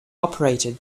operated